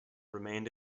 remained